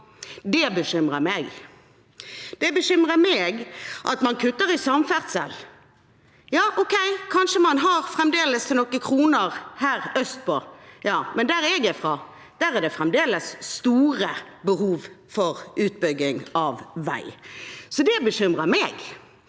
Det bekymrer meg. Det bekymrer meg at man kutter i samferdsel. Kanskje har man fremdeles noen kroner her østpå, men der jeg er fra, er det fremdeles store behov for utbygging av vei, så det bekymrer meg.